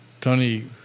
Tony